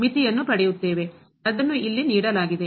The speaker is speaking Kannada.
ಅದನ್ನು ಇಲ್ಲಿ ನೀಡಲಾಗಿದೆ